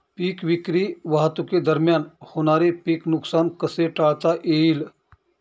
पीक विक्री वाहतुकीदरम्यान होणारे पीक नुकसान कसे टाळता येईल?